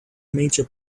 major